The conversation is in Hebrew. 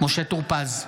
משה טור פז,